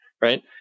Right